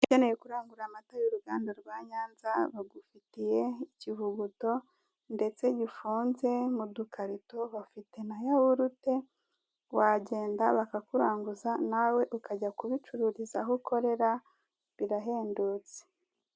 Ukeneye kurangura amata y'uruganda rwa NYANZA bagufitiye ikivuguto ndetse gifunze mu dukarito, bafite na yahurute wagenda bakakuranguza nawe ukajya kubicururiza aho ukorera birahendutse.